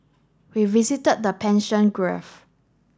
we visited the Gulf